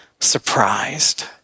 surprised